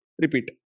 repeat